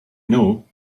know